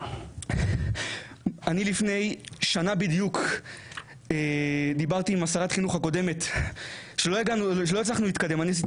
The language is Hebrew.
אני לפני שנה דיברתי עם שרת החינוך הקודמת אחרי שעשיתי